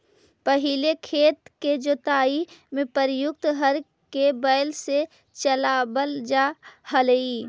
पहिले खेत के जुताई में प्रयुक्त हर के बैल से चलावल जा हलइ